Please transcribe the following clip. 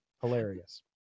Hilarious